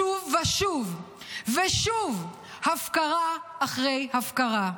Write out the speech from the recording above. שוב ושוב ושוב, הפקרה אחרי הפקרה.